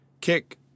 kick